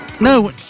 No